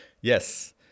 Yes